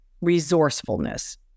Resourcefulness